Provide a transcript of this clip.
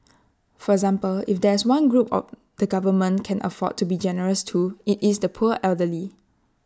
for example if there's one group or the government can afford to be generous to IT is the poor elderly